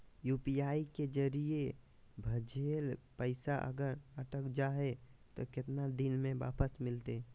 UPI के जरिए भजेल पैसा अगर अटक जा है तो कितना दिन में वापस मिलते?